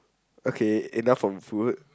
okay enough from food